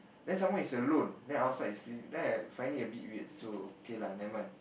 then some more he is alone then outside is then I find it a bit weird so okay lah never mind